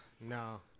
No